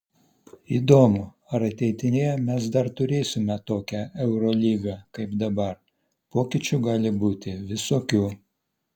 įdomu ar ateityje mes dar turėsime tokią eurolygą kaip dabar pokyčių gali būti visokių